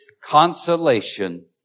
consolation